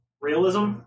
Realism